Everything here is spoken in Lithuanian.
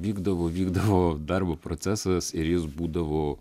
vykdavo vykdavo darbo procesas ir jis būdavo